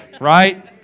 right